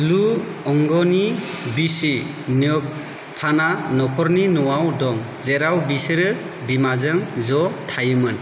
लुओंगनि बिसि न्गोक फाना न'खरनि न'आव दं जेराव बिसोरो बिमाजों ज' थायोमोन